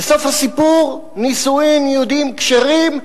וסוף הסיפור, נישואין יהודיים כשרים,